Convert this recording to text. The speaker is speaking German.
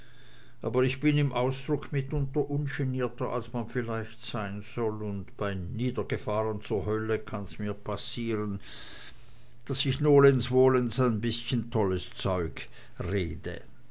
aber ich bin so im ausdruck mitunter ungenierter als man vielleicht sein soll und bei niedergefahren zur hölle kann mir's passieren daß ich nolens volens ein bißchen tolles zeug rede